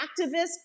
activists